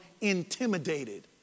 intimidated